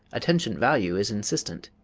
attention-value is insistent.